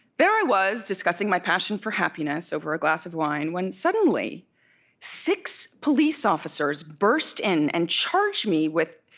there i was discussing my passion for happiness over a glass of wine when suddenly six police officers burst in and charged me with